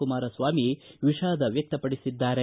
ಕುಮಾರಸ್ವಾಮಿ ವಿಷಾದ ವ್ಯಕ್ತಪಡಿಸಿದ್ದಾರೆ